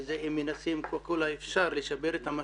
הם מנסים ככל האפשר לשפר את המצב,